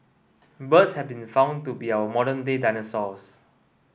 birds have been found to be our modern day dinosaurs